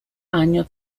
año